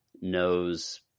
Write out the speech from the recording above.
knows